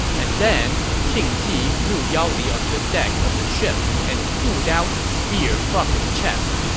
and then, qing ji threw yao li onto the deck of the ship and pulled out the spear from his chest.